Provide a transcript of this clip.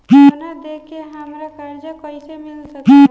सोना दे के हमरा कर्जा कईसे मिल सकेला?